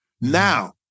Now